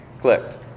clicked